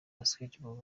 basketball